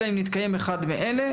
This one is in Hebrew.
אלא אם נתקיים אחד מאלה",